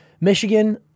Michigan